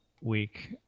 week